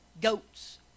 goats